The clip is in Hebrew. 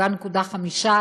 7.5%,